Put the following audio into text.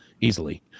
easily